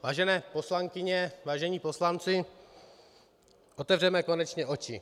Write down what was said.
Vážené poslankyně, vážení poslanci, otevřme konečně oči.